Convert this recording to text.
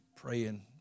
Praying